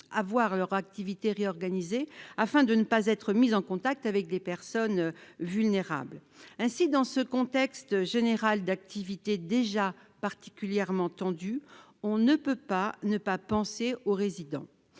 voir ses activités réorganisées pour ne pas être mis en contact avec des personnes vulnérables. Ainsi, dans un contexte général d'activité déjà particulièrement tendue, on ne peut pas ne pas penser aux résidents.